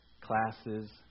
classes